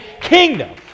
kingdom